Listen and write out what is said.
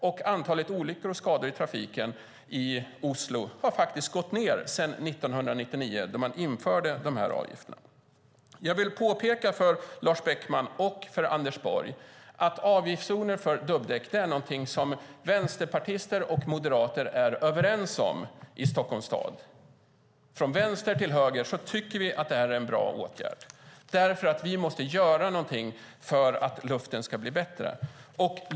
Och antalet olyckor och skador i trafiken i Oslo har faktiskt gått ned sedan 1999, då man införde de här avgifterna. Jag vill påpeka för Lars Beckman och Anders Borg att avgiftszoner för dubbdäck är någonting som vänsterpartister och moderater är överens om i Stockholms stad. Från vänster till höger tycker vi att det här är en bra åtgärd. Vi måste göra någonting för att luften ska bli bättre.